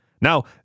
Now